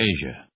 Asia